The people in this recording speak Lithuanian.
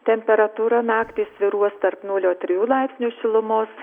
temperatūra naktį svyruos tarp nulio trijų laipsnių šilumos